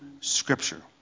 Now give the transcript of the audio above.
Scripture